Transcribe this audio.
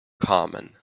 common